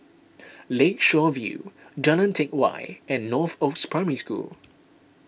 Lakeshore View Jalan Teck Whye and Northoaks Primary School